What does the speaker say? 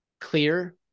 clear